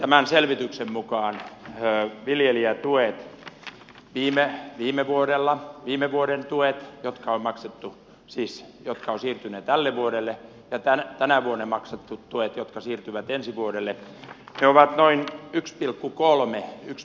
tämän selvityksen mukaan viljelijä tulee vielä viime vuodella viime vuoden viljelijätuet jotka ovat siirtyneet tälle vuodelle ja tänä vuonna maksetut tuet jotka siirtyvät ensi vuodelle jo varhain ykspilkku kolme lx